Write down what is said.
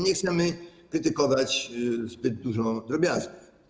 Nie chcemy krytykować zbyt dużo drobiazgów.